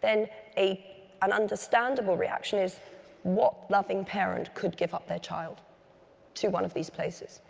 then an understandable reaction is what loving parent could give up their child to one of these places?